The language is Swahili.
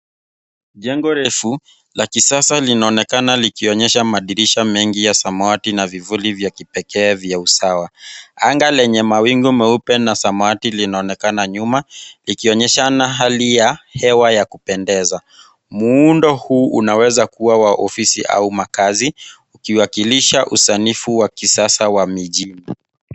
Jengo refu la kisasa linaonekana likionyesha madirisha mengi ya samawati na vivuli vya kipekee vya usawa. Anga lenye mawingu meupe na samawati linaonekana nyuma, likionyeshana hali ya hewa ya kupendeza. Muundo huu unaweza kua wa ofisi au makazi, ukiwakilisha usanifu wa kisasa wa mijini.